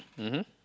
mmhmm